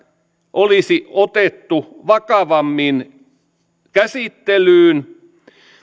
olisi otettu vakavammin käsittelyyn